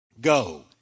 go